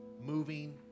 moving